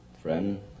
friend